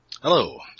Hello